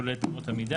שכולל את אמות המידה.